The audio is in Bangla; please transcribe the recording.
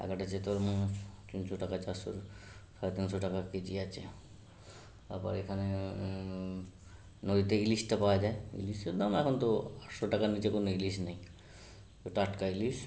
এক একটা চিতল মাছ তিনশো টাকা চারশো সাড়ে তিনশো টাকা কেজি আছে তারপরে এখানে নদীতে ইলিশটা পাওয়া যায় ইলিশের দাম এখন তো আটশো টাকার নিচে কোনও ইলিশ নেই তো টাটকা ইলিশ